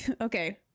okay